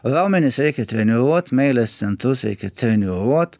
raumenis reikia treniruot meilės centus reikia treniruot